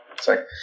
Sorry